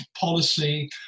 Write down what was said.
policy